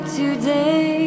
today